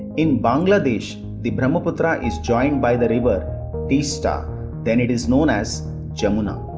in bangladesh, the brahmaputra is joined by the river teesta then it is known as jamuna.